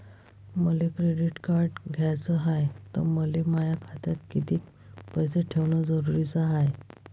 मले credit card घ्याचं हाय, त मले माया खात्यात कितीक पैसे ठेवणं जरुरीच हाय?